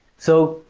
so,